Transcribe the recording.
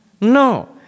No